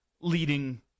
leading